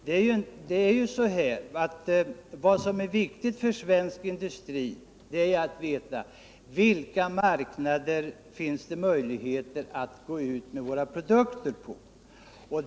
Men vad som är viktigt för - Nr 156 svensk industri är att veta vilka marknader som det finns möjligheter att gå ut Måndagen den med våra produkter på.